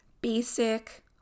basic